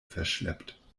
verschleppt